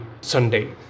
Sunday